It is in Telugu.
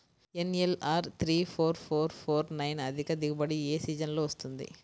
NLR three four four four nine అధిక దిగుబడి ఏ సీజన్లలో వస్తుంది?